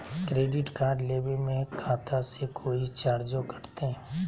Credit card लेवे में खाता से कोई चार्जो कटतई?